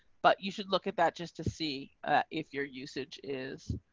but you should look at that, just to see if your usage is